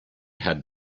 had